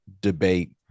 debate